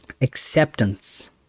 acceptance